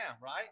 right